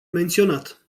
menționat